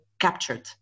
captured